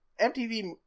MTV